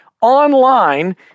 online